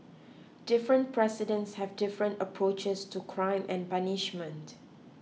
different presidents have different approaches to crime and punishment